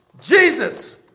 Jesus